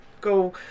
go